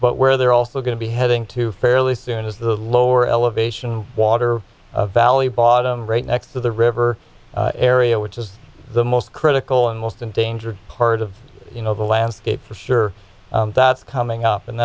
but where they're also going to be heading to fairly soon is the lower elevation water valley bottom right next to the river area which is the most critical and most endangered part of you know the landscape for sure that's coming off and